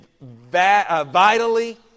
vitally